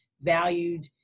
valued